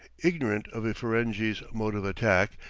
ignorant of a ferenghi's mode of attack,